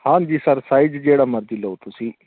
ਹਾਂਜੀ sir size ਜਿਹੜਾ ਮਰਜੀ ਲਓ ਤੁਸੀਂ